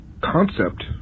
concept